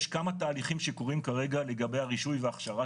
יש כמה תהליכים שקורים כרגע לגבי הרישוי וההכשרה